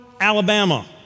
Alabama